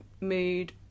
mood